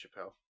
Chappelle